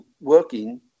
working